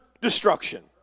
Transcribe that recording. destruction